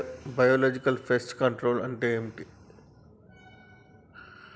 Biological pest control అంటే ఏమిటి?